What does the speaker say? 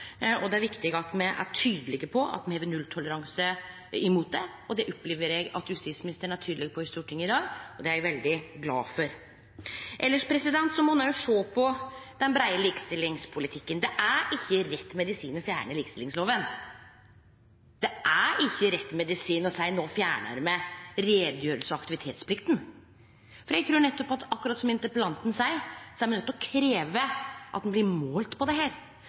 og det er viktig at me er tydelege på at me har nulltoleranse for det. Det opplever eg at justisministeren er tydeleg på i Stortinget i dag, og det er eg veldig glad for. Elles må ein òg sjå på den breie likestillingspolitikken. Det er ikkje rett medisin å fjerne likestillingsloven. Det er ikkje rett medisin å seie at no fjernar me utgreiings- og aktivitetsplikta. Eg trur at akkurat som interpellanten seier, er me nøydde til å krevje at ein blir målt på dette. Eg såg at det